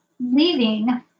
leaving